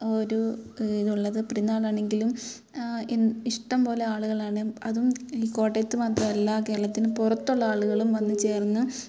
ഒരു ഇതുള്ളത് പെരുന്നാളാണെങ്കിലും ഇഷ്ടംപോലെ ആളുകളാണ് അതും ഈ കോട്ടയത്ത് മാത്രമല്ല കേരളത്തിന് പുറത്തുള്ള ആളുകളും വന്ന് ചേർന്ന്